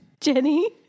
Jenny